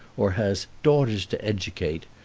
or has daughters to educate,